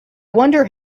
wonder